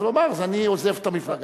אז הוא אמר: אז אני עוזב את המפלגה.